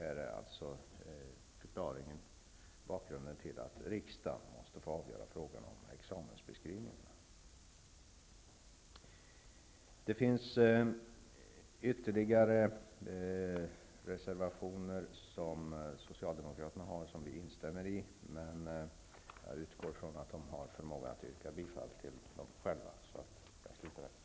Här finns bakgrunden till att riksdagen måste få avgöra frågan om examensbeskrivningen. Det finns ytterligare några reservationer från Socialdemokraterna som vi instämmer i. Jag utgår från att Socialdemokraterna själva har förmåga att yrka bifall till dessa reservationer. Således kan jag med detta avsluta mitt anförande.